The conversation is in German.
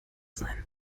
sein